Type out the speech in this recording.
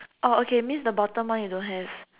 oh okay means the bottom one you don't have